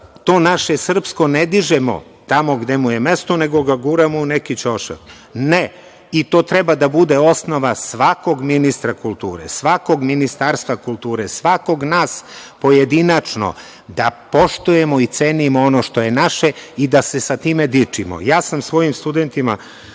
to naše srpsko ne dižemo tamo gde mu je mesto nego ga guramo u neki ćošak. Ne, i to treba da bude osnova svakog ministra kulture, svakog ministarstva kulture, svakog od nas pojedinačno da poštujemo i cenimo ono što je naše i da se sa time dičimo. Ja sam svojim studentima